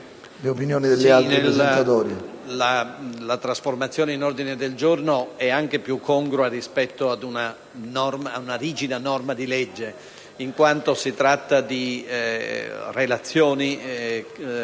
la trasformazione in ordine del giorno è anche più congrua rispetto a una rigida norma di legge, in quanto si tratta di relazioni